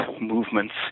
movements